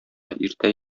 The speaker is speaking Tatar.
иртә